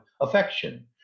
affection